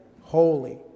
holy